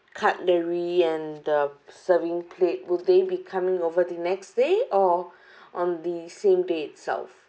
cutlery and the serving plate would they be coming over the next day or on the same day itself